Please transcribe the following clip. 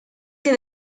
que